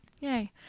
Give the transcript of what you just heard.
Yay